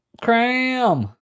Cram